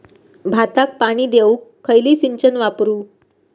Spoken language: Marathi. भाताक पाणी देऊक खयली सिंचन वापरू?